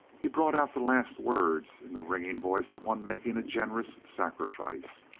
he brought out the last words in the ringing voice of one making a generous sacrifice,